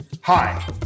Hi